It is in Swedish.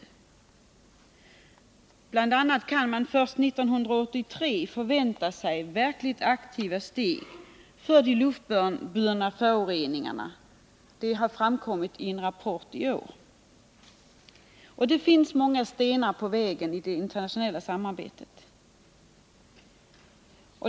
Bl. a. kan man, enligt en rapport i år, först 1983 förvänta sig verkligt aktiva åtgärder mot de luftburna föroreningarna. Det finns många stenar på vägen när det gäller det internationella samarbetet.